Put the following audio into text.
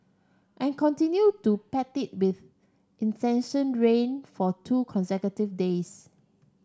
and continue to pant it with incessant rain for two consecutive days